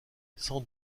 sans